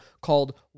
called